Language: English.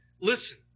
Listen